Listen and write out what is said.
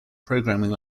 programming